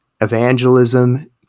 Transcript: evangelism